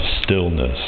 stillness